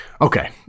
Okay